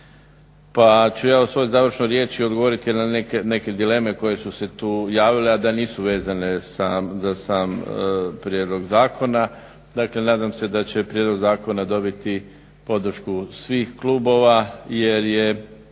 Pa ću ja u svojoj završnoj riječi odgovoriti na neke dileme koje su se tu javile a da nisu vezane za sam prijedlog zakona. dakle nadam se da će prijedlog zakona dobiti podršku svih klubova jer te